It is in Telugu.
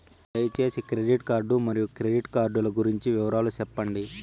దయసేసి క్రెడిట్ కార్డు మరియు క్రెడిట్ కార్డు లు గురించి వివరాలు సెప్పండి?